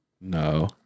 No